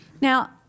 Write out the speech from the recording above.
Now